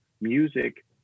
music